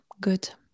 good